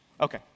Okay